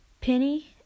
Penny